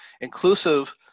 Inclusive